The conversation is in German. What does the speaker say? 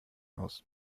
aus